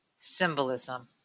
symbolism